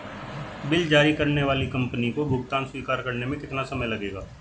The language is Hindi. बिल जारी करने वाली कंपनी को भुगतान स्वीकार करने में कितना समय लगेगा?